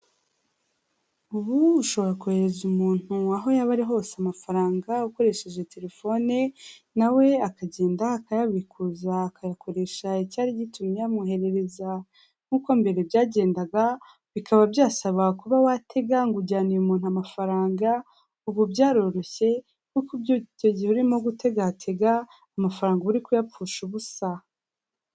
Ubu ushobora kohereza umuntu aho yaba ari hose amafaranga ukoresheje terefone, na we akagenda akayabikuza akayakoresha icyari gitumye uyamwoherereza. Nk'uko mbere byagendaga, bikaba byasaba kuba watega ngo ujyaniye umuntu amafaranga, ubu byaroroshye kuko icyo gihe urimo gutegatega, amafaranga uba uri kuyapfusha ubusa.